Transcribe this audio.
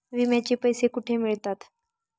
विम्याचे पैसे कुठे मिळतात?